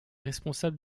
responsable